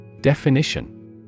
Definition